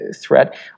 threat